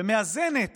ומאזנת